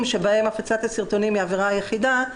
בהם הפצת הסרטונים היא העבירה היחידה,